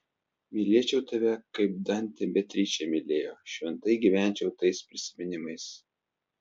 mylėčiau tave kaip dantė beatričę mylėjo šventai gyvenčiau tais prisiminimais